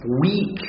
weak